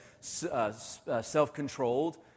self-controlled